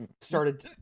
started